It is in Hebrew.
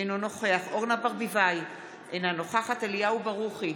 אינו נוכח אורנה ברביבאי, אינה נוכחת אליהו ברוכי,